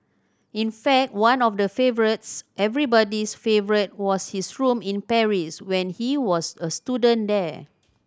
in fact one of the favourites everybody's favourite was his room in Paris when he was a student there